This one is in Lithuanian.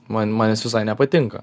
man man jis visai nepatinka